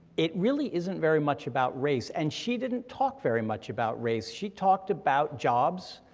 it really isn't very much about race, and she didn't talk very much about race, she talked about jobs,